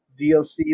DLC